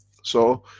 so,